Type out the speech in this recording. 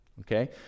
Okay